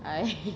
I